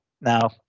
Now